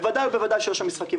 בוודאי ובוודאי שלא היו שם משחקים.